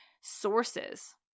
sources